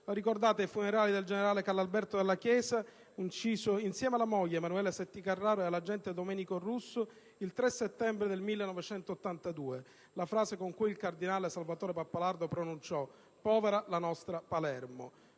Ricordate ai funerali del generale Carlo Alberto Dalla Chiesa, ucciso insieme alla moglie Emanuela Setti Carraro e all'agente Domenico Russo, il 3 settembre 1982, la frase pronunciata dal cardinale Salvatore Pappalardo: «Povera la nostra Palermo!».